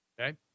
okay